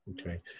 Okay